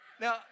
Now